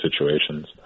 situations